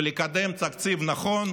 ולקדם תקציב נכון,